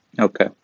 Okay